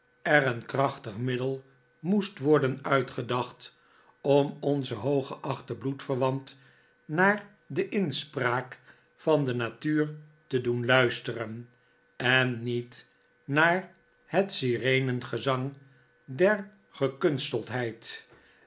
er een krachtig middel moest worden uitgedacht om onzen hooggeachten bloedverwant naar de inspraak van de natuur te doen luisteren en niet naar het sirenengezang der